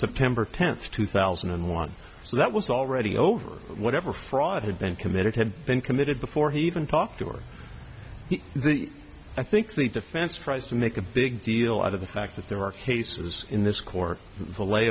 september tenth two thousand and one so that was already over whatever fraud had been committed had been committed before he even talked to her the i think the defense tries to make a big deal out of the fact that there are cases in this court the